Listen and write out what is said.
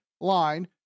line